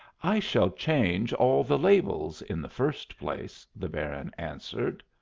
i shall change all the labels, in the first place, the baron answered.